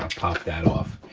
pop that off,